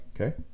Okay